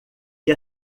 que